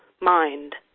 mind